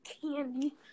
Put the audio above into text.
candy